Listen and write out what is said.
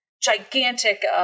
gigantic